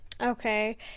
Okay